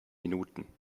minuten